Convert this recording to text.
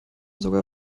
sogar